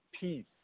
peace